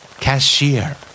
Cashier